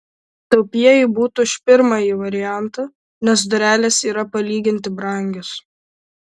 taupieji būtų už pirmąjį variantą nes durelės yra palyginti brangios